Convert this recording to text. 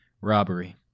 robbery